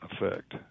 effect